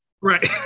right